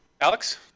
Alex